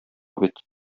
бит